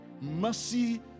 mercy